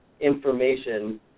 information